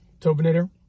Tobinator